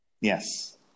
Yes